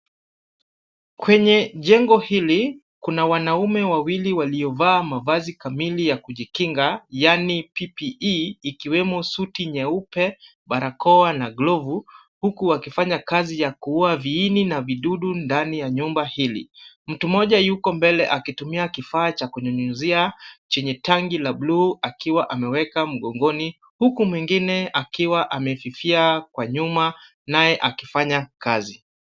Kwenye jengo hili kuna wanaume wawili waliovaa mavazi kamili ya kujikinga, yaani PPE , ikiwemo suti nyeupe, barakoa na glovu, huku wakifanya kazi ya kuua viini na vidudu ndani ya nyumba hili. Mtu mmoja yuko mbele akitumia kifaa cha kunyunyizia chenye tanki la bluu akiwa ameweka mgongoni huku mwingine akiwa amefikia kwa nyuma naye akifanya kazi.